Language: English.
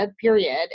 Period